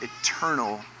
eternal